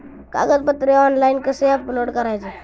कागदपत्रे ऑनलाइन कसे अपलोड करायचे?